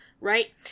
Right